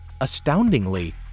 astoundingly